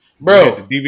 bro